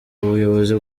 ubuyobozi